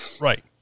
Right